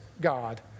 God